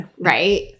right